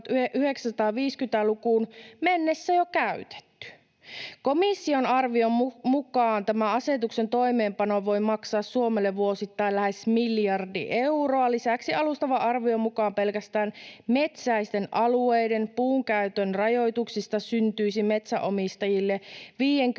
1950-lukuun mennessä jo käytetty. Komission arvion mukaan tämän asetuksen toimeenpano voi maksaa Suomelle vuosittain lähes miljardi euroa. Lisäksi alustavan arvion mukaan pelkästään metsäisten alueiden puunkäytön rajoituksista syntyisi metsänomistajille